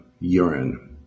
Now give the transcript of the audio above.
urine